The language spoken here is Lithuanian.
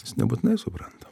jis nebūtinai supranta